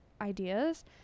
ideas